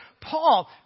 Paul